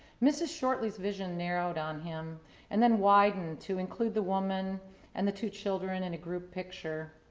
mrs. shortley's vision narrowed on him and then widened to include the woman and the two children in a group picture.